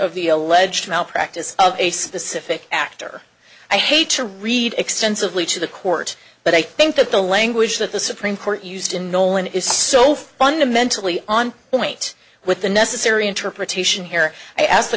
of the alleged malpractise of a specific act or i hate to read extensively to the court but i think that the language that the supreme court used in nolan is so fundamentally on point with the necessary interpretation here i asked the